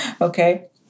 Okay